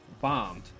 bombed